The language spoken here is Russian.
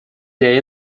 для